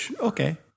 Okay